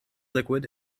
liquid